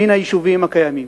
מן היישובים הקיימים?